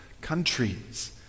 countries